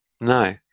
No